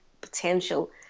potential